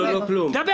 למה?